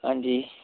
हांजी